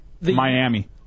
Miami